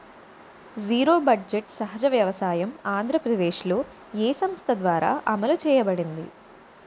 Zero budget సహజ వ్యవసాయం ఆంధ్రప్రదేశ్లో, ఏ సంస్థ ద్వారా అమలు చేయబడింది?